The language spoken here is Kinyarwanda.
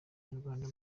nyarwanda